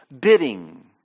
bidding